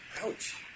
Ouch